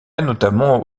notamment